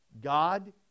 God